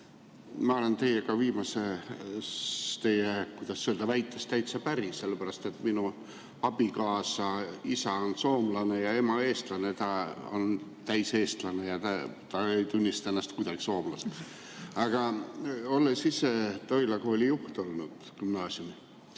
Ma olen teiega teie viimases, kuidas öelda, väites täitsa päri, sellepärast et minu abikaasa isa on soomlane ja ema eestlane ning ta on täiseestlane ega tunnista ennast kuidagi soomlaseks. Aga olles ise Toila kooli juht olnud, gümnaasiumi